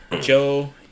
Joe